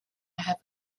have